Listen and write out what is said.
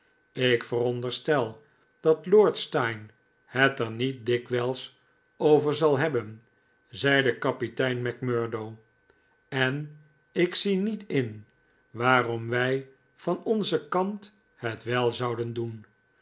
ik veronderstel dat lord steyne het er niet dikwijls over zal hebben zeide kapitein macmurdo en ik zie niet in waarom wij van onzen kant het wel zouden doen